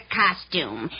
costume